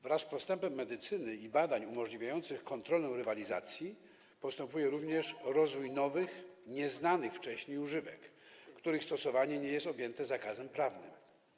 Wraz z postępem medycyny i badań umożliwiających kontrolę rywalizacji postępuje również rozwój nowych, nieznanych wcześniej używek, których stosowanie nie jest objęte zakazem prawnym.